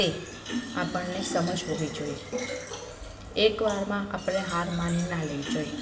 તે આપણને સમજ હોવી જોઈએ એકવારમાં આપણે હાર માની ના લેવી જોએ